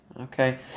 Okay